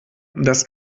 das